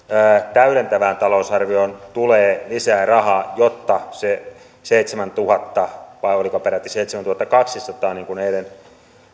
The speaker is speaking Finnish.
täydentävään talousarvioon tulee lisää rahaa jotta toteutuu se seitsemäntuhatta vai oliko peräti seitsemäntuhattakaksisataa niin kuin eilen